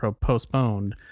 postponed